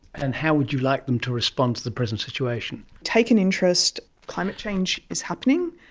and how would you like them to respond to the present situation? take an interest. climate change is happening,